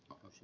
puhemies